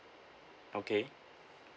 okay